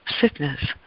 sickness